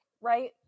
right